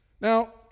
Now